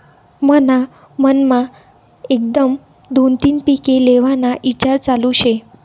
मन्हा मनमा एकदम दोन तीन पिके लेव्हाना ईचार चालू शे